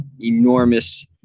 enormous